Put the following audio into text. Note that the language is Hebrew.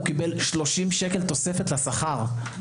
הוא קיבל 30 שקל תוספת לשכר.